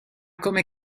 come